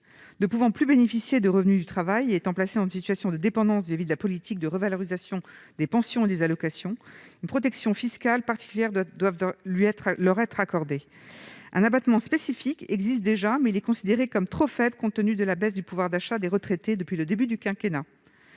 Ne pouvant plus bénéficier de revenus du travail et étant placées dans une situation de dépendance au regard de la politique de revalorisation des pensions et des allocations, une protection fiscale particulière doit leur être accordée. Un abattement spécifique existe déjà, mais il est considéré comme trop faible, compte tenu de la baisse du pouvoir d'achat des retraités depuis le début du quinquennat.